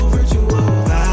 Virtual